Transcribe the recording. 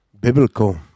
Biblical